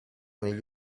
negli